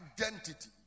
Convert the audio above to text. identity